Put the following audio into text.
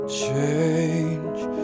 change